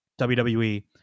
WWE